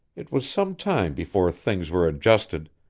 it was some time before things were adjusted,